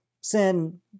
sin